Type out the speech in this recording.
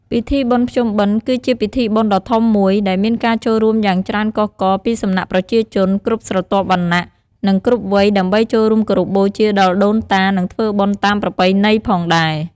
ពិធីបុណ្យភ្ជុំបិណ្ឌគឺជាពិធីបុណ្យដ៏ធំមួយ ដែលមានការចូលរួមយ៉ាងច្រើនកុះករពីសំណាក់ប្រជាជនគ្រប់ស្រទាប់វណ្ណៈ និងគ្រប់វ័យដើម្បីចូលរួមគោរពបូជាដល់ដូនតា និងធ្វើបុណ្យតាមប្រពៃណីផងដែរ។